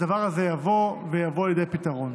והדבר הזה יבוא לידי פתרון.